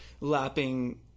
lapping